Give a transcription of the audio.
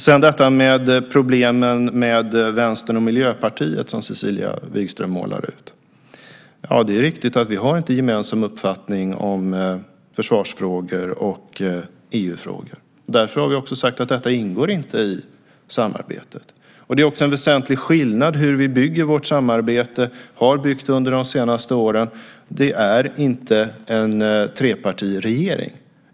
När det gäller problemen med Vänstern och Miljöpartiet, som Cecilia Wigström målar upp, är det riktigt att vi inte har en gemensam uppfattning om försvarsfrågor och EU-frågor. Därför har vi också sagt att dessa inte ingår i samarbetet. Det är också en väsentlig skillnad i hur vi bygger vårt samarbete och har byggt det under de senaste åren. Det är inte en trepartiregering.